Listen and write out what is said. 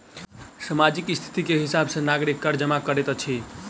सामाजिक स्थिति के हिसाब सॅ नागरिक कर जमा करैत अछि